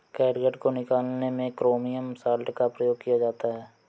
catgut को निकालने में क्रोमियम सॉल्ट का प्रयोग किया जाता है